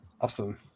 Awesome